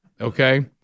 okay